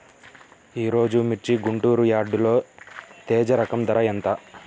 ఈరోజు మిర్చి గుంటూరు యార్డులో తేజ రకం ధర ఎంత?